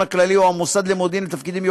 למה לא אִתם?